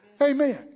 Amen